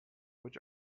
which